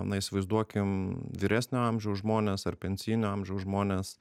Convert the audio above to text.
na įsivaizduokim vyresnio amžiaus žmones ar pensijinio amžiaus žmones